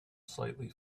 slightly